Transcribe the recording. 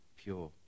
pure